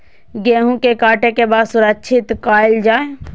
गेहूँ के काटे के बाद सुरक्षित कायल जाय?